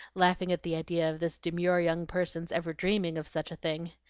laughing at the idea of this demure young person's ever dreaming of such a thing.